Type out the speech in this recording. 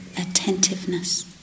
attentiveness